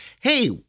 Hey